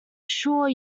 sure